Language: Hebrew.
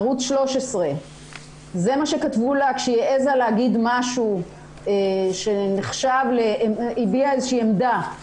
ערוץ 13. זה מה שכתבו לה כשהיא העזה לומר משהו ולהביע איזושהי עמדה.